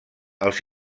els